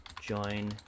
Join